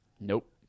Nope